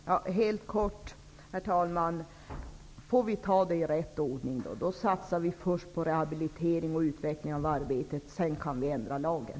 Herr talman! Helt kort: Låt oss då ta det i rätt ordning och först satsa på rehabilitering och utveckling av arbetet. Sedan kan vi ändra lagen.